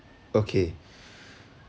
okay